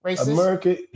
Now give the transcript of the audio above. America